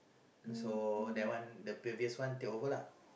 so that one the previous one take over lah